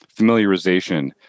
familiarization